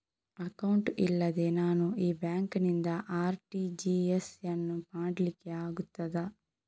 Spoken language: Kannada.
ಅಕೌಂಟ್ ಇಲ್ಲದೆ ನಾನು ಈ ಬ್ಯಾಂಕ್ ನಿಂದ ಆರ್.ಟಿ.ಜಿ.ಎಸ್ ಯನ್ನು ಮಾಡ್ಲಿಕೆ ಆಗುತ್ತದ?